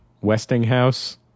Westinghouse